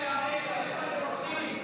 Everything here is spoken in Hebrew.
לאן אתם הולכים?